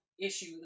issue